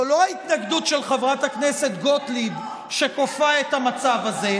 זו לא ההתנגדות של חברת הכנסת גוטליב שכופה את המצב הזה,